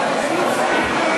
נתקבל.